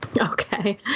Okay